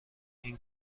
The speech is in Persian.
این